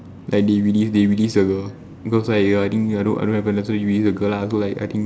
like they release they release the girl because like i think I don't know what happen that why he release the girl lah so like I think